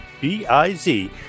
B-I-Z